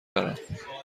دارم